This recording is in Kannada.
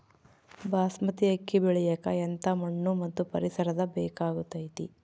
ಬಾಸ್ಮತಿ ಅಕ್ಕಿ ಬೆಳಿಯಕ ಎಂಥ ಮಣ್ಣು ಮತ್ತು ಪರಿಸರದ ಬೇಕಾಗುತೈತೆ?